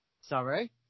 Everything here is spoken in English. Sorry